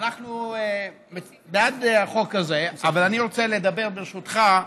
אנחנו בעד החוק הזה, אבל אני רוצה לדבר, ברשותך,